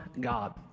God